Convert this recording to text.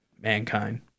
mankind